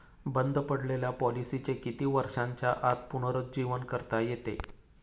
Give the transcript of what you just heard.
बंद पडलेल्या पॉलिसीचे किती वर्षांच्या आत पुनरुज्जीवन करता येते?